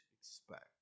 expect